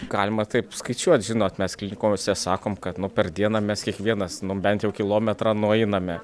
galima taip skaičiuot žinot mes klinikose sakom kad nuo per dieną mes kiekvienas nu bent jau kilometrą nueiname